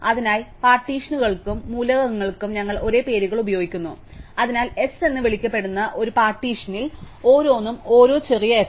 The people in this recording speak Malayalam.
അതിനാൽ പാർട്ടീഷനുകൾക്കും മൂലകങ്ങൾക്കും ഞങ്ങൾ ഒരേ പേരുകൾ ഉപയോഗിക്കുന്നു അതിനാൽ S എന്ന് വിളിക്കപ്പെടുന്ന ഒരു പാർട്ടീഷനിൽ ഓരോന്നും ഓരോ ചെറിയ s